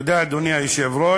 תודה, אדוני היושב-ראש.